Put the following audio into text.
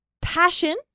passion